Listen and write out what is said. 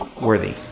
Worthy